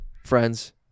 friends